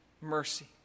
mercy